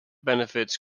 benefits